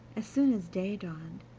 as soon as day dawned,